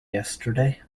yesterday